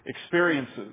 experiences